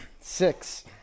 six